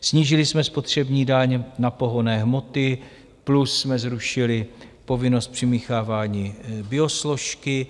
Snížili jsme spotřební daň na pohonné hmoty plus jsme zrušili povinnost přimíchávání biosložky.